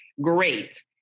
great